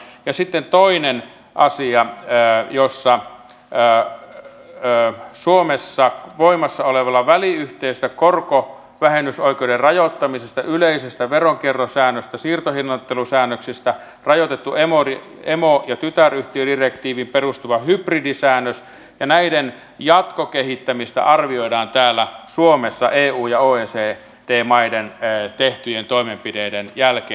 ja sitten on toinen asia jossa suomessa voimassa olevia säännöksiä väliyhteisöistä ja korkovähennysoikeuden rajoittamisesta yleistä veronkiertosäännöstä siirtohinnoittelusäännöksiä rajoitettua emo ja tytäryhtiödirektiiviin perustuvaa hybridisäännöstä ja näiden jatkokehittämistä arvioidaan täällä suomessa eu ja oecd maissa tehtyjen toimenpiteiden jälkeen